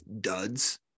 duds